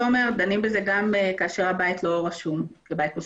דנים בה גם כשהבית לא רשום כבית משותף.